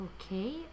Okay